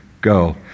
go